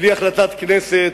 בלי החלטת כנסת,